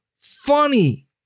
funny